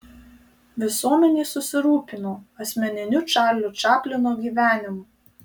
visuomenė susirūpino asmeniniu čarlio čaplino gyvenimu